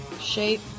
shape